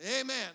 Amen